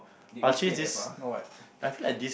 did we stray that far no what